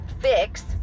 fix